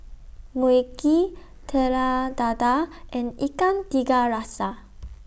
Mui Kee Telur Dadah and Ikan Tiga Rasa